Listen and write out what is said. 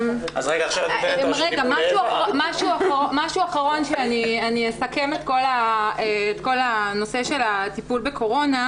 רק משהו אחרון שאני אסכם את כל הנושא של הטיפול בקורונה,